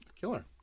Killer